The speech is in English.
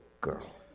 girl